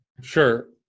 Sure